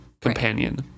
companion